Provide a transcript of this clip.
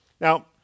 Now